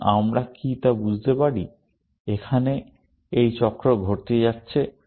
এখন আমরা কি তা বুঝতে পারি এখানে এই চক্র ঘটতে যাচ্ছে